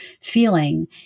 feeling